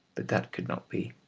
that could not be.